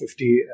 50